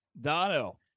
Dono